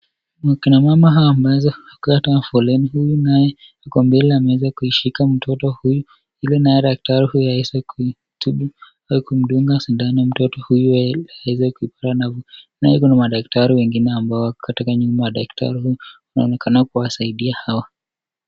Wakina mama hawa wameweza kukaa foleni huyu naye ako mbele ameweza kuishika mtoto huyu. Yule naye daktari huyu aweze kumtibu na kumdunga sindano mtoto huyu aweze na naye kuna madaktari wengine ambao katika nyumba ya daktari huyu wanaonekana kuwasaidia hawa.